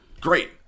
Great